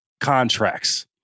contracts